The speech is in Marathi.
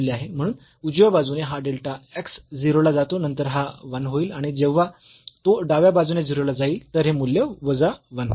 म्हणून उजव्या बाजूने हा डेल्टा x 0 ला जातो नंतर हा 1 होईल आणि जेव्हा तो डाव्या बाजूने 0 ला जाईल तर हे मूल्य वजा 1 होईल